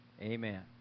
Amen